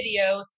videos